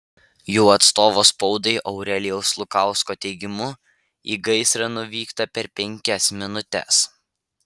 jų atstovo spaudai aurelijaus lukausko teigimu į gaisrą nuvykta per penkias minutes